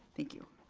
thank you.